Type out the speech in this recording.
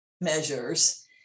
measures